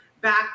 back